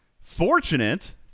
fortunate